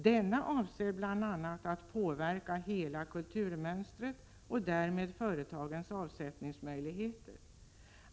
Denna avser bl.a. att påverka hela kulturmönstret och därmed företagens avsättningsmöjligheter.